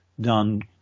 done